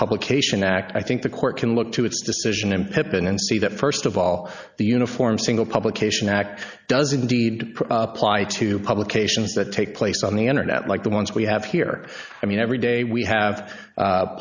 publication act i think the court can look to its decision and pippen and see that first of all the uniform single publication act does indeed apply to publications that take place on the internet like the ones we have here i mean every day we have